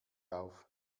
auf